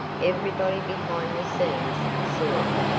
everybody behind the scenes saw it.